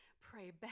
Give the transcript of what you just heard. pray